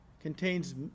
contains